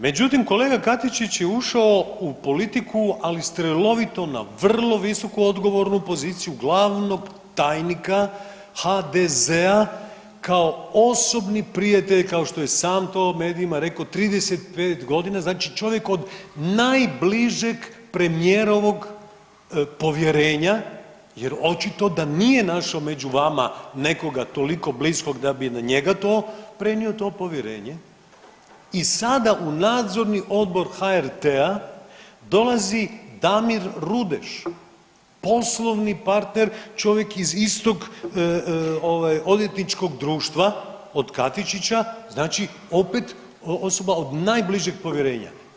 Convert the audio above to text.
Međutim, kolega Katičić je ušao u politiku, ali strelovito, na vrlo visoku, odgovornu poziciju glavnog tajnika HDZ-a, kao osobni prijatelj, kao što je sam to medijima rekao, 35 godina, znači čovjek od najbližeg premijerovog povjerenja jer očito da nije našao među vama nekoga toliko bliskog da bi na njega to prenio, to povjerenje i sada u Nadzorni odbor HRT-a dolazi Damir Rudeš, poslovni partner, čovjek iz istog odvjetničkog društva, od Katičića, znači opet osoba od najbližeg povjerenja.